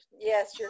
Yes